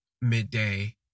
midday